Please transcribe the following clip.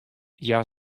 hja